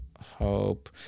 Hope